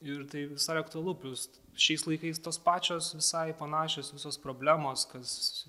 ir tai visai aktualu plius šiais laikais tos pačios visai panašios visos problemos kas